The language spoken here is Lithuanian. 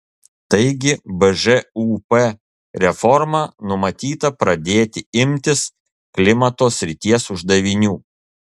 taigi bžūp reforma numatyta pradėti imtis klimato srities uždavinių